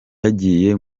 yagiye